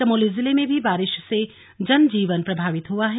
चमोली जिले में भी बारिश से जनजीवन प्रभावित हुआ है